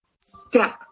step